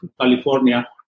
California